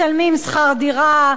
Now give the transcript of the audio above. משלמים שכר דירה,